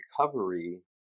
recovery